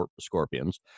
scorpions